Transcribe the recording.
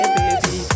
baby